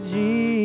Jesus